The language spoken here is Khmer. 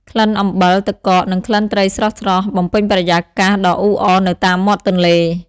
ក្លិនអំបិល ទឹកកក និងក្លិនត្រីស្រស់ៗបំពេញបរិយាកាសដ៏អ៊ូអរនៅតាមមាត់ទន្លេ។